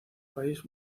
país